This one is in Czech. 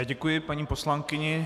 Děkuji paní poslankyni.